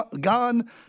gone